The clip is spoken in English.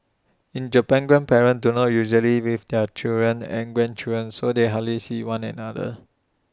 in Japan grandparents do not usually live with their children and grandchildren so they hardly see one another